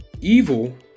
Evil